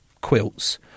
quilts